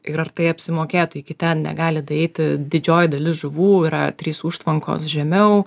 ir ar tai apsimokėtų iki ten negali daeiti didžioji dalis žuvų yra trys užtvankos žemiau